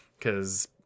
Cause